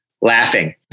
laughing